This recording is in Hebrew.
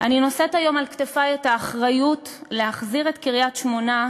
אני נושאת היום על כתפי את האחריות להחזיר את קריית-שמונה,